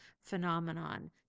phenomenon